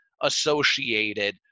associated